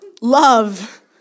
love